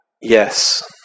Yes